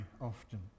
often